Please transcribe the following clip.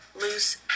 loose